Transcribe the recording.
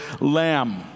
lamb